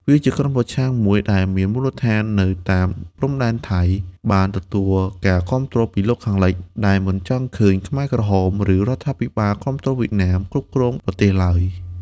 វាជាក្រុមប្រឆាំងមួយដែលមានមូលដ្ឋាននៅតាមព្រំដែនថៃ បានទទួលការគាំទ្រពីលោកខាងលិច ដែលមិនចង់ឃើញខ្មែរក្រហម ឬរដ្ឋាភិបាលគាំទ្រវៀតណាមគ្រប់គ្រងប្រទេសឡើយ។